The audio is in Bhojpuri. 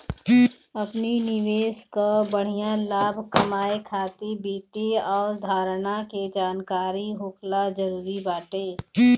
अपनी निवेश कअ बढ़िया लाभ कमाए खातिर वित्तीय अवधारणा के जानकरी होखल जरुरी बाटे